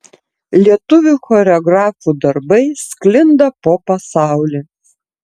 lietuvių choreografų darbai sklinda po pasaulį